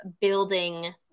building